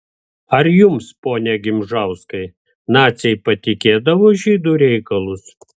ar jums pone gimžauskai naciai patikėdavo žydų reikalus